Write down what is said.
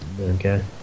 Okay